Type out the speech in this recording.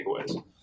takeaways